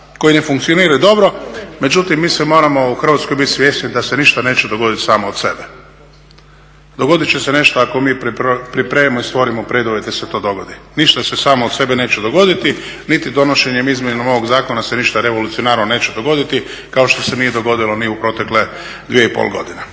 koji ne funkcioniraju dobro, međutim mi moramo u Hrvatskoj biti svjesni da se ništa neće dogodit samo od sebe. Dogodit će se nešto ako mi pripremimo i stvorimo preduvjete da se to dogodi. Ništa se samo od sebe neće dogoditi, niti donošenjem izmjena ovog zakona se ništa revolucionarno neće dogoditi, kao što se nije dogodilo ni u protekle 2,5 godine.